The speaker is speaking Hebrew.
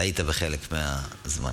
אתה היית בחלק מהזמן.